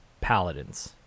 paladins